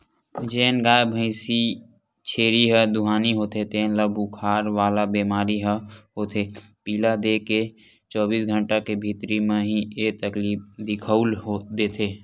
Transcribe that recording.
जेन गाय, भइसी, छेरी ह दुहानी होथे तेन ल बुखार वाला बेमारी ह होथे पिला देके चौबीस घंटा के भीतरी म ही ऐ तकलीफ दिखउल देथे